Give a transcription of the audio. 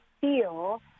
feel